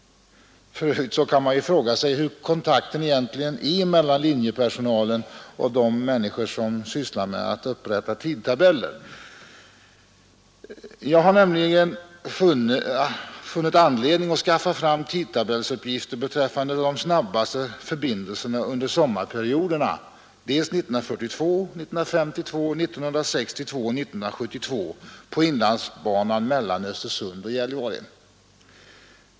För övrigt kan man fråga sig hurdan kontakten egentligen är mellan linjepersonalen och de människor som sysslar med att upprätta tidtabeller. Jag har skaffat fram tidtabellsuppgifter beträffande de snabbaste förbindelserna under sommarperioderna 1942, 1952, 1962 och 1972 på inlandsbanan mellan Östersund och Gällivare.